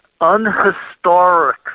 unhistoric